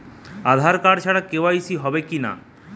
আধার card ছাড়া KYC হবে কিনা?